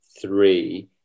three